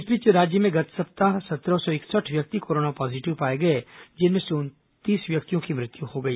इस बीच राज्य में गत सप्ताह सत्रह सौ इकसठ व्यक्ति कोरोना पॉजिटिव पाए गए जिनमें से उनतीस व्यक्तियों की मृत्यू हो गई